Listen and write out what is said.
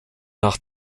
nach